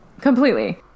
Completely